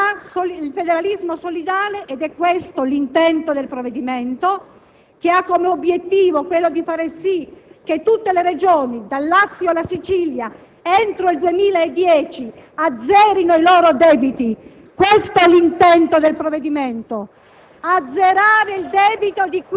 Siamo per un federalismo solidale perché la tutela del diritto alla salute, sia attraverso il contenimento delle liste d'attesa, sia per promuovere le politiche di prevenzione, sia per estendere i centri di eccellenza, ha bisogno di un sistema sanitario unitario;